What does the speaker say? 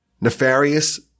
nefarious